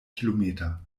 kilometer